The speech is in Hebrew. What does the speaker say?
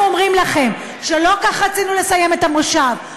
אומרים לכם שלא כך רצינו לסיים את המושב,